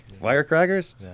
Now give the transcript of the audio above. Firecrackers